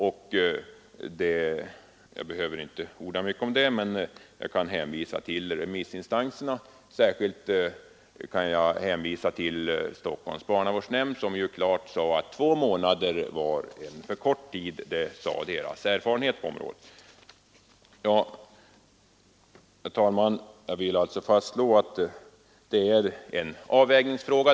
Jag behöver inte orda mycket om det utan kan hänvisa till remissinstanserna, särskilt till Stockholms barnavårdsnämnd som klart uttalat att två månader enligt dess erfarenhet är för kort tid. Herr talman! Jag vill alltså fastslå att detta är en avvägningsfråga.